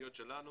הפנימיות שלנו